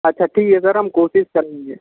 अच्छा ठीक है सर हम कोशिश करेंगे